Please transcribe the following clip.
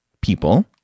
people